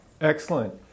Excellent